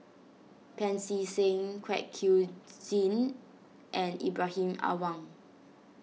Pancy Seng Kwek Siew Jin and Ibrahim Awang